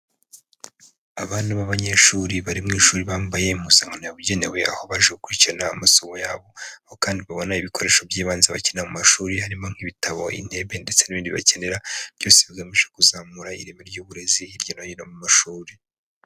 Abana b'abanyeshuri bari mu ishuri bambaye impuzankano yabugenewe, aho baje gukurikirana amasomo yabo, aho kandi babona ibikoresho by'ibanze bakenera mu mashuri, harimo nk'ibitabo, intebe ndetse n'ibindi bakenera byose, bigamije kuzamura ireme ry'uburezi hirya no hino mu mashuri.